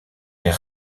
est